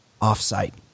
off-site